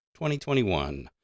2021